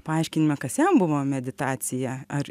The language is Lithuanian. paaiškinimą kas jam buvo meditacija ar